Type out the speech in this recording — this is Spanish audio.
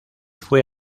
fue